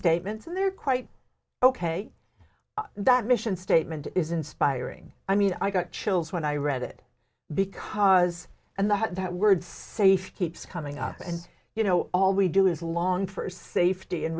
statements and they're quite ok that mission statement is inspiring i mean i got chills when i read it because and that word safe keeps coming up and you know all we do is long for safety and